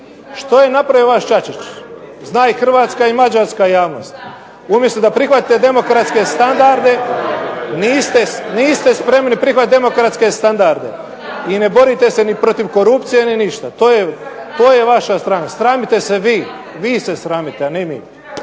Što je napravio vaš Čačić? Zna i hrvatska i mađarska javnost. Umjesto da se prihvate demokratske standarde, niste spremni prihvatiti demokratske standarde, i ne borite se ni protiv korupcije ni ništa. To je vaša stranka. Sramite se vi. Vi se sramite, a ne mi.